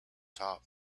top